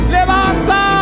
levanta